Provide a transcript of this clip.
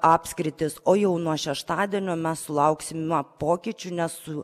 apskritys o jau nuo šeštadienio mes sulauksim na pokyčių nes su